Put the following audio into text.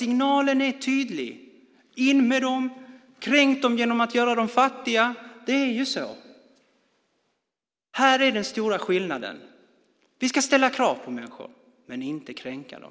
Signalen är tydlig: In med dem, och kränk dem genom att göra dem fattiga! Här är den stora skillnaden. Vi ska ställa krav på människor men inte kränka dem.